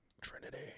Trinity